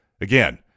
Again